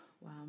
Wow